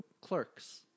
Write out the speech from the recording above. Clerks